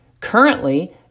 Currently